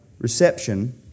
reception